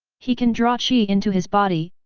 he can draw qi into his body,